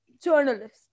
journalist